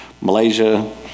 Malaysia